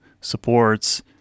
supports